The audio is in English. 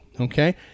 Okay